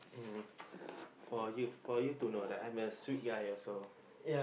um for you for you to know that I'm a sweet guy also